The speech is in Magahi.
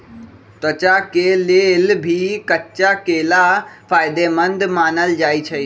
त्वचा के लेल भी कच्चा केला फायेदेमंद मानल जाई छई